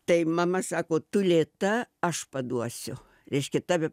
tai mama sako tu lėta aš paduosiu reiškia tave